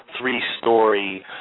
three-story